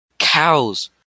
Cows